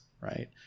right